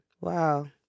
Wow